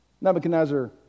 Nebuchadnezzar